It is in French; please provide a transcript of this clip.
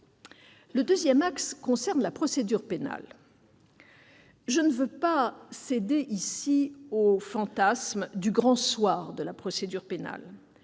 Le deuxième axe concerne la procédure pénale. Je ne veux pas céder ici au fantasme du « grand soir » de la procédure pénale.